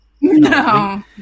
No